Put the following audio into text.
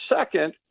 Second